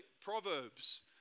Proverbs